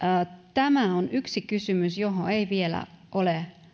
tämä on yksi kysymys johon ei vielä ole